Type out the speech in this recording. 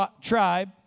tribe